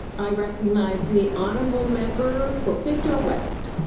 i recognize the honourable member for pictou west.